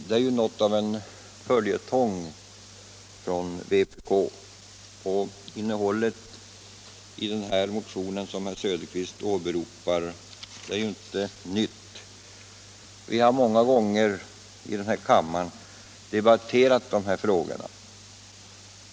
Det är ju något av en följetong från vpk, och innehållet i den här motionen som herr Söderqvist åberopar är ju inte nytt. Vi har många gånger i kammaren debatterat de här frågorna.